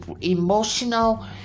emotional